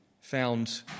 found